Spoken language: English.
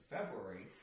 February